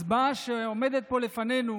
להצבעה שעומדת פה לפנינו